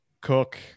cook